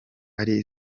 ari